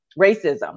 racism